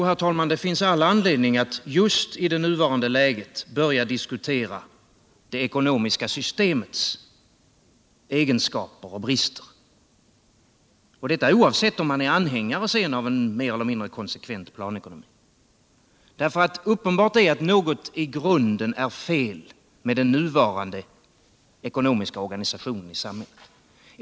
Herr talman! Jo, det finns all anledning att just i det nuvarande läget börja diskutera det ekonomiska systemets egenskaper och brister, detta oavsett om man är anhängare av en mer eller mindre konsekvent planekonomi. Uppenbart är att något i grunden är fel med den nuvarande ekonomiska organisationen i samhället.